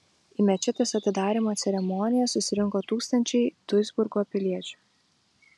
į mečetės atidarymo ceremoniją susirinko tūkstančiai duisburgo piliečių